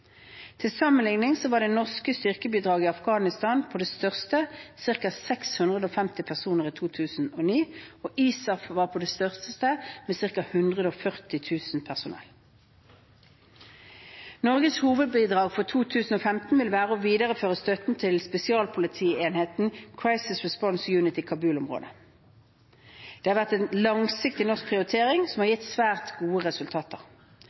Til sammenligning var det norske styrkebidraget i Afghanistan på det største ca. 650 personer i 2009, og ISAF var på det største ca. 140 000 personell. Norges hovedbidrag for 2015 vil være å videreføre støtten til spesialpolitienheten Crisis Response Unit i Kabul-området. Dette har vært en langsiktig norsk prioritering, som har gitt svært gode resultater.